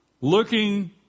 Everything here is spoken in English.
looking